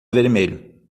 vermelho